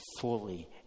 fully